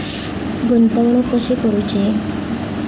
गुंतवणूक कशी करूची?